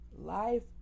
Life